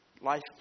life